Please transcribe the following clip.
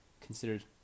considered